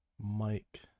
Mike